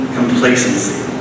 complacency